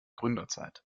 gründerzeit